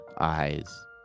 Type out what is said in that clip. eyes